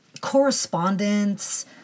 correspondence